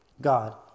God